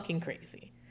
crazy